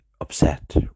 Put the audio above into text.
upset